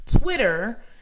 Twitter